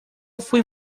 fue